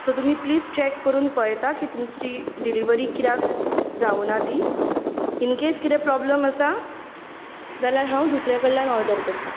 so तुमी please check करून पळयता की तुमची डिलिवरी कित्याक जावुना ती इनकेस कितें प्रोब्लेम आसा जाल्यार हांव दुसऱ्या कडल्यान ऑर्डर करता